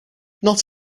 not